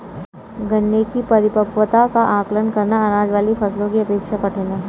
गन्ने की परिपक्वता का आंकलन करना, अनाज वाली फसलों की अपेक्षा कठिन है